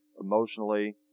emotionally